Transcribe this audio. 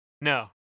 No